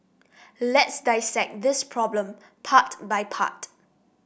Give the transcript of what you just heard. let's dissect this problem part by part